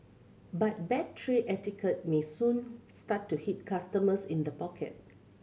but bad tray etiquette may soon start to hit customers in the pocket